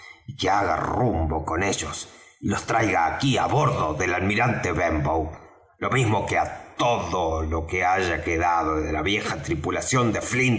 y que haga rumbo con ellos y los traiga aquí á bordo del almirante benbow lo mismo que á todo lo que haya quedado de la vieja tripulación de